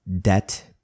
debt